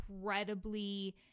incredibly